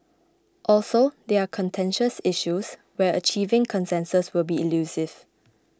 also they are contentious issues where achieving consensus will be elusive